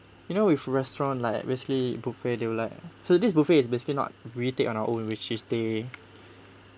you know if restaurant like basically buffet they'll like so this buffet is basically not really take on our own which is they